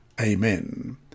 Amen